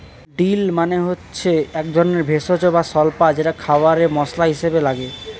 deal মানে হচ্ছে একধরনের ভেষজ বা স্বল্পা যেটা খাবারে মসলা হিসেবে লাগে